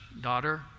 daughter